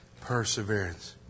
perseverance